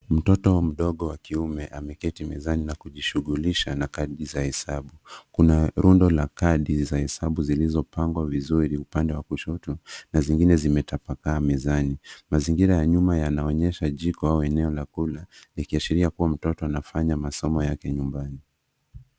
Mtoto mdogo wa kiume ameketi mezani na kujishughulisha na kadi za hesabu. Kuna rundo la kadi za hesabu zilizopangwa vizuri kwenye upande wa kushoto na zingine zimetapakaa mezani. Mazingira ya nyuma yanaonyesha jiko au eneo la kula likiashiria kuwa mtoto anafanya masomo yake nyumbani.